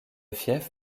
fief